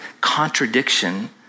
contradiction